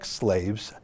slaves